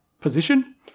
position